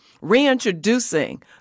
reintroducing